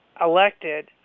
elected